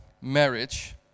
marriage